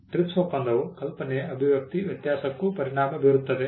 TRIPS ಒಪ್ಪಂದವು ಕಲ್ಪನೆಯ ಅಭಿವ್ಯಕ್ತಿ ವ್ಯತ್ಯಾಸಕ್ಕೂ ಪರಿಣಾಮ ಬೀರುತ್ತದೆ